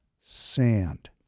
sand